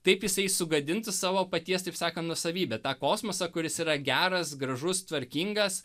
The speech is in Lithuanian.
taip jisai sugadintų savo paties taip sakant nuosavybę tą kosmosą kuris yra geras gražus tvarkingas